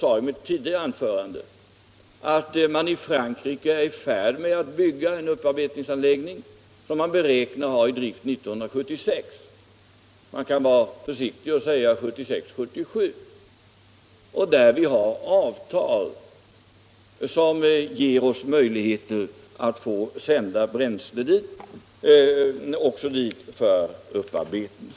I mitt tidigare anförande nämnde jag också att man i Frankrike är i färd med att bygga en upparbetningsanläggning som beräknas tas i drift 1976 — man kan vara försiktig och säga 1976-1977. Vi har ett avtal som ger oss möjligheter att sända bränsle också dit för upparbetning.